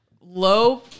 low